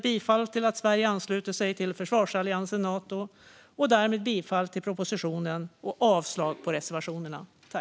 Det innebär ett bifall till att Sverige ansluter sig till försvarsalliansen Nato och därmed bifall till propositionen och avslag på reservationerna.